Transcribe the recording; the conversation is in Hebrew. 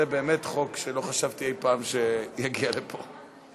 זה באמת חוק שלא חשבתי אי-פעם שיגיע לפה.